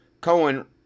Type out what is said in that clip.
Cohen